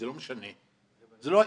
בלי ריבית, זה לא משנה, זה לא האישו.